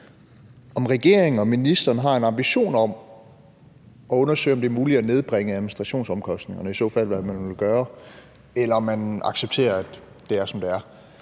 om regeringen og ministeren har en ambition om at undersøge, om det er muligt at nedbringe administrationsomkostningerne, og i så fald, hvad man vil gøre, eller om man accepterer, at det er, som det er.